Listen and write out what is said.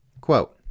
Quote